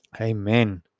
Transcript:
amen